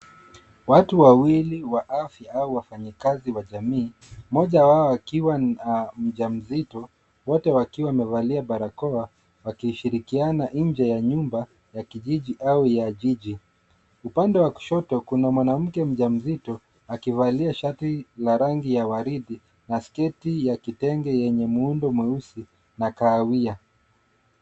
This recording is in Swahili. Watu wawili wa afya au wafanyikazi wa jamii, mmoja wao akiwa mjamzito, wote wakiwa wamevalia barakoa wakishirikiana nje ya nyumba ya kijiji au ya jiji. Upande wa kushoto, kuna mwanamke mjamzito akivalia shati la rangi ya waridi na sketi ya kitenge yenye muundo mweusi na kahawia.